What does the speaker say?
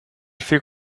fait